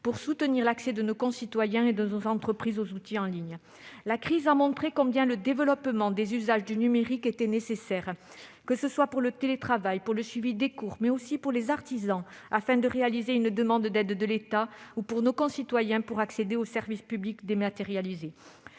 pour soutenir l'accès de nos concitoyens et de nos entreprises aux outils en ligne. La crise a montré à quel point le développement des usages du numérique était nécessaire, que ce soit pour le télétravail, pour le suivi des cours, mais aussi pour les artisans, pour déposer une demande d'aide auprès de l'État, ou, pour nos concitoyens, pour accéder aux services publics dématérialisés.